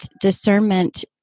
discernment